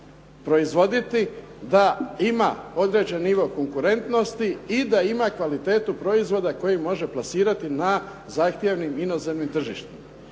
proizvoditi, da ima određeni nivo konkurentnosti i da ima kvalitetu proizvoda koji može plasirati na zahtjevnim inozemnim tržištima.